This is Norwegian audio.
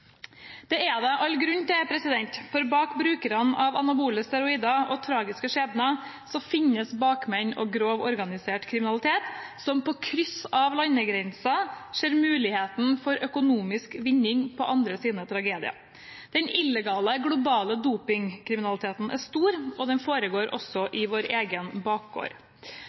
Det er det all grunn til. For bak brukerne av anabole steroider og tragiske skjebner finnes bakmenn og grov organisert kriminalitet som på tvers av landegrenser ser muligheten for økonomisk vinning på andres tragedier. Den illegale globale dopingkriminaliteten er stor, og den foregår også i vår egen bakgård.